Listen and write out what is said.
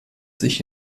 sich